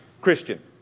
Christian